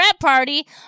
party